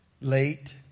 late